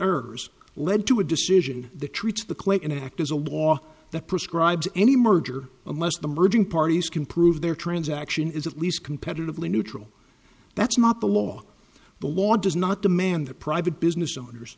errors led to a decision the treats the clayton act as a law that prescribes any merger unless the merging parties can prove their transaction is at least competitively neutral that's not the law the law does not demand that private business owners